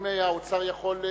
האוצר יכול,